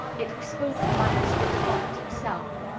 it was spoken by mr. demotte himself.